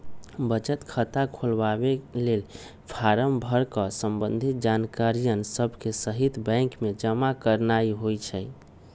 बचत खता खोलबाके लेल फारम भर कऽ संबंधित जानकारिय सभके सहिते बैंक में जमा करनाइ होइ छइ